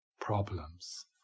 problems